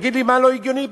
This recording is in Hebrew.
תגיד לי מה לא הגיוני בזה.